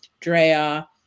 Drea